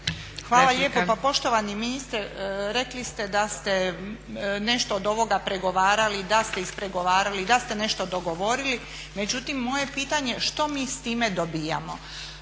Hvala lijepo. Pa poštovani ministre, rekli ste da ste nešto od ovoga pregovarali, da ste ispregovarali, da ste nešto dogovorili. Međutim, moje je pitanje što mi s time dobijamo.